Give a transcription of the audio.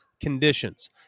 conditions